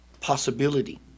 possibility